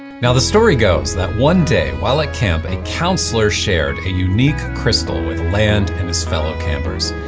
and the story goes that one day while at camp, a counselor shared a unique crystal with land and his fellow campers.